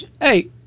Hey